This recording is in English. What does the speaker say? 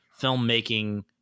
filmmaking